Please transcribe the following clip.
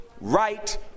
right